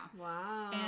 Wow